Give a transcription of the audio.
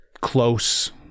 close